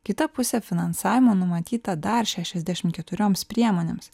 kita pusė finansavimo numatyta dar šešiasdešimt keturioms priemonėms